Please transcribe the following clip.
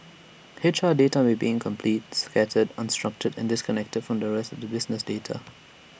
H R data may be incomplete scattered unstructured and disconnected from the rest to business data